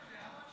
אני קובעת